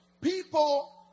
People